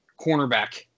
cornerback